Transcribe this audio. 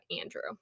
andrew